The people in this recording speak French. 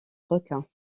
requins